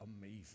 amazing